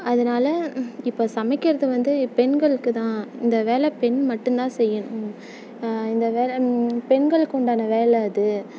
அதனால ம் இப்போ சமைக்கிறது வந்து பெண்களுக்கு தான் இந்த வேலை பெண் மட்டும் தான் செய்யணும் இந்த வேலைன்னு பெண்களுக்கு உண்டான வேலை அது